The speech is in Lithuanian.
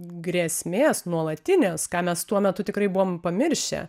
grėsmės nuolatinės ką mes tuo metu tikrai buvom pamiršę